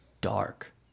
dark